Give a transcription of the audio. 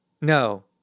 no